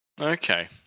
Okay